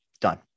Done